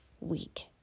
week